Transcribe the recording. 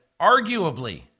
arguably